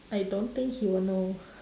I don't think he will know